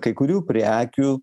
kai kurių prekių